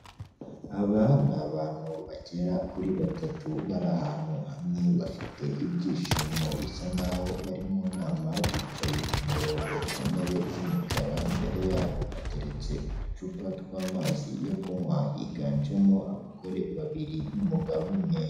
Aba ni abantu bagera kuri batatu bari ahantu hamwe, bafite ibyishimo bisa nk'aho bari mu nama, bicaye ku murongo ku ntebe z'imikara, imbere yabo hateretse uducupa tw'amazi yo kunywa, higanjemo abagore babiri n'umugabo umwe.